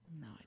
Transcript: No